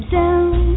down